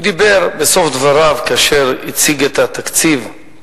הוא דיבר בסוף דבריו, כאשר הציג את התקציב,